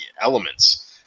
elements